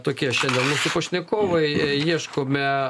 tokie šiandien mūsų pašnekovai ieškome